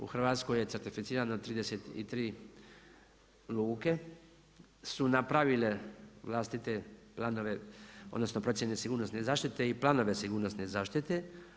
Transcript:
U Hrvatskoj je certificirano 33 luke su napravile vlastite planove, odnosno procjene sigurnosne zaštite i planove sigurnosne zaštite.